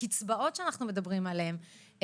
קצבאות שאנחנו מדברים עליהם,